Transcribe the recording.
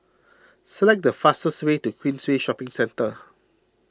select the fastest way to Queensway Shopping Centre